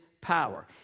power